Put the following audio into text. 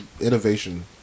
innovation